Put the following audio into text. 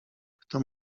kto